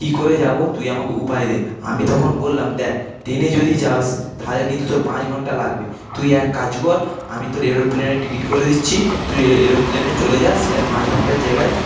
কি করে যাব তুই আমাকে উপায় দে আমি তখন বললাম দেখ ট্রেনে যদি যাস তাহলে কিন্তু তোর পাঁচ ঘন্টা লাগবে তুই এক কাজ কর আমি তোর এরোপ্লেনের টিকিট করে দিচ্ছি তুই এরোপ্লেনে চলে যা সেটা পাঁচ ঘন্টার জায়গায়